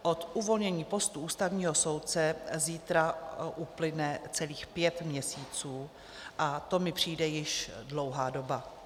Od uvolnění postu ústavního soudce zítra uplyne celých pět měsíců a to mi přijde již dlouhá doba.